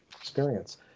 experience